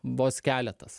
vos keletas